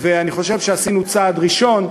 אני חושב שעשינו צעד ראשון,